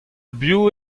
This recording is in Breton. biv